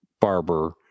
barber